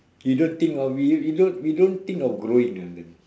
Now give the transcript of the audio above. you don't think of it we we don't we don't think of growing ah then